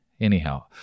Anyhow